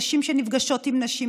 נשים שנפגשות עם נשים,